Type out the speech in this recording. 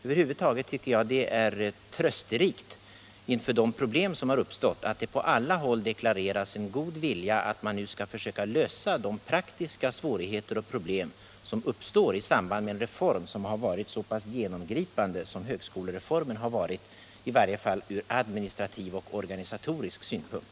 Över huvud taget är det trösterikt, med tanke på de problem som har uppstått, att det på alla håll deklareras en god vilja att man nu skall försöka lösa de praktiska svårigheter och problem som uppstår i samband med en reform som har varit så genomgripande som högskolereformen - i varje fall från administrativ och och organisatorisk synpunkt.